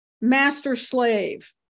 master-slave